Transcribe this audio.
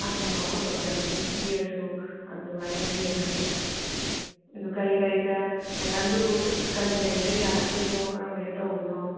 ꯑꯃ ꯃꯍꯨꯠ ꯑꯣꯏꯅ ꯑꯗꯨꯝ ꯄꯤꯔꯁꯨ ꯑꯗꯨꯃꯥꯏꯅ ꯌꯦꯡꯉꯁꯤ ꯑꯗꯨ ꯀꯔꯤ ꯀꯔꯤꯗ ꯁꯥꯏꯀꯜꯗꯨꯕꯨ ꯀꯔꯤ ꯀꯔꯤꯗ ꯌꯥꯔꯛꯇ꯭ꯔꯤꯅꯣ ꯀꯔꯝꯃꯥꯏꯅ ꯇꯧꯕꯅꯣ